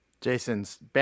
Jason's –